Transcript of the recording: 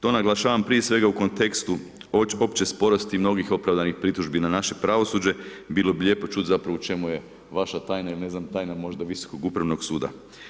To naglašavam prije sveg u kontekstu opće sporosti mnogih opravdanost pritužbi na naše pravosuđe, bilo bi lijepo čuti zapravo u čemu je vaša tajna i ne znam, tajna možda Visokog upravnog suda.